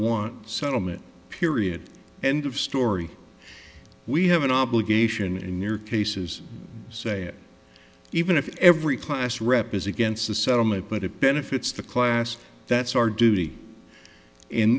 want settlement period end of story we have an obligation in your cases say it even if every class rep is against the settlement but it benefits the class that's our duty in